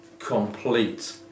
complete